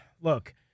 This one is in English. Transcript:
look